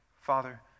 Father